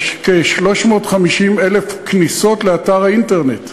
יש כ-350,000 כניסות לאתר האינטרנט,